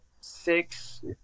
six